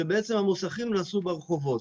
כשבעצם המוסכים נעשו ברחובות.